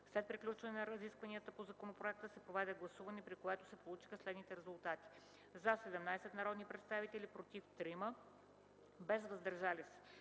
След приключване на разискванията по законопроекта се проведе гласуване, при което се получиха следните резултати: „за” – 17 народни представители, „против” – 3, без „въздържали се”.